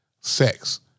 sex